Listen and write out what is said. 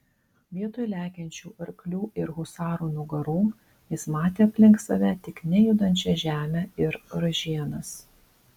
vietoj lekiančių arklių ir husarų nugarų jis matė aplink save tik nejudančią žemę ir ražienas